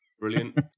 Brilliant